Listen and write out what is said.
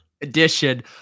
edition